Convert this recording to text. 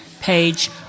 page